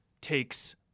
takes